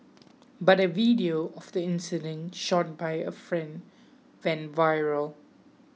but a video of the incident shot by a friend went viral